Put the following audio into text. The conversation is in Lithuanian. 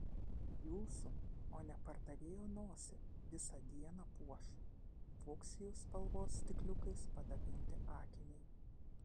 jūsų o ne pardavėjo nosį visą dieną puoš fuksijų spalvos stikliukais padabinti akiniai